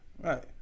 right